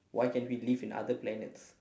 why can't we live in other planets